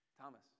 Thomas